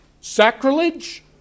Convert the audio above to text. sacrilege